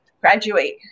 graduate